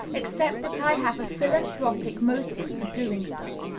except that i have a philanthropic motive for doing so.